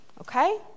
okay